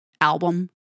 album